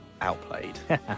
outplayed